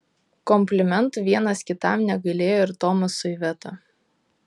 komplimentų vienas kitam negailėjo ir tomas su iveta